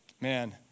man